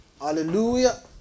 Hallelujah